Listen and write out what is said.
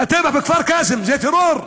הטבח בכפר-קאסם זה טרור.